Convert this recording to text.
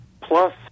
plus